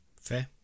Fair